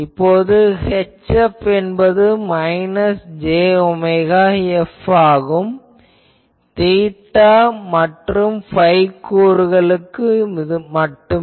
இப்போது HF என்பது minus j omega F ஆகும் தீட்டா மற்றும் phi கூறுகளுக்கு மட்டும்